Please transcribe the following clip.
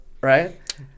right